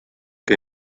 que